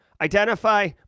identify